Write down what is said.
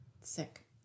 Sick